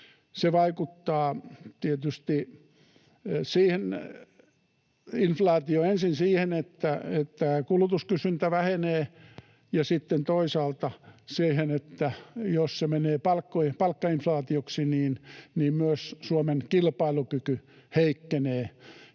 vaikuttaa tietysti ensin siihen, että kulutuskysyntä vähenee, ja sitten toisaalta siihen, että jos se menee palkkainflaatioksi, niin myös Suomen kilpailukyky heikkenee,